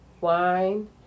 wine